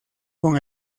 con